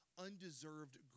undeserved